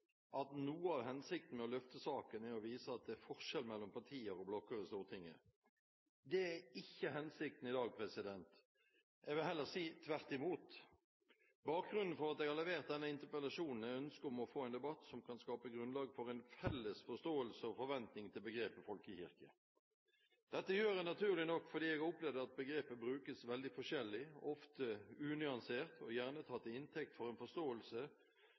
at noe av hensikten med å løfte saken er å vise at det er forskjell mellom partier og blokker i Stortinget. Det er ikke hensikten i dag, jeg vil heller si tvert imot. Bakgrunnen for at jeg har levert denne interpellasjonen er ønsket om å få en debatt som kan skape grunnlag for en felles forståelse og forventning til begrepet «folkekirke». Dette gjør jeg naturlig nok fordi jeg har opplevd at begrepet brukes veldig forskjellig, ofte unyansert og gjerne tatt til inntekt for en forståelse